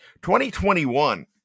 2021